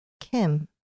Kim